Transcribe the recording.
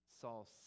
Saul